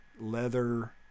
leather